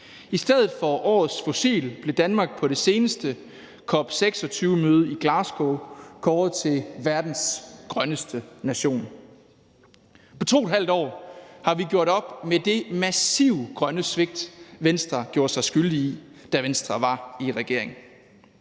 I stedet for årets fossil blev Danmark på det seneste COP26-møde i Glasgow kåret til verdens grønneste nation. På to et halvt år har vi gjort op med det massive grønne svigt, Venstre gjorde sig skyldig i, da Venstre var i regering.